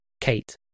Kate